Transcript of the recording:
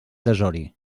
desori